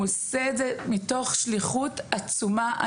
הוא עושה את זה מתוך שליחות עצומה.